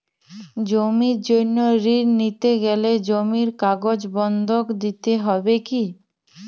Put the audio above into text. জমির জন্য ঋন নিতে গেলে জমির কাগজ বন্ধক দিতে হবে কি?